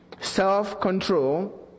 Self-control